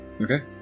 Okay